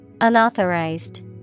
Unauthorized